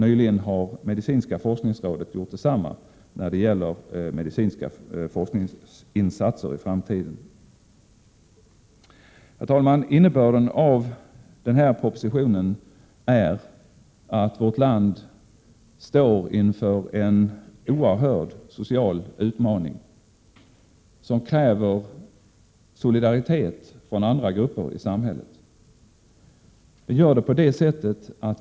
Nyligen har medicinska forskningsrådet gjort detsamma när det gäller medicinska forskningsinsatser i framtiden. Herr talman! Innebörden av den här propositionen är att vårt land står inför en oerhörd social utmaning som kräver solidaritet från andra grupper i samhället.